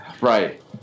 Right